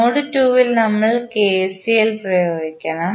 node 2 ൽ നമ്മൾ KCL പ്രയോഗിക്കുന്നു